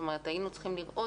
היינו צריכים לראות